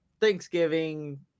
Thanksgiving